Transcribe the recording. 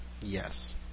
Yes